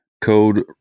code